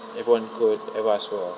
everyone could have asked for